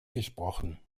gesprochen